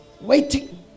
waiting